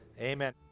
Amen